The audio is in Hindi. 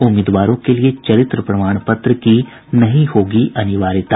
उम्मीदवारों के लिए चरित्र प्रमाण पत्र की नहीं होगी अनिवार्यता